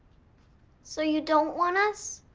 so you don't want us?